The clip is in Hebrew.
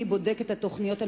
מי בודק את התוכניות הנלמדות,